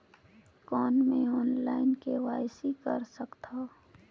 कौन मैं online KYC कर सकथव?